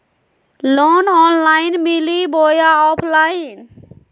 Loan online मिली बोया offline?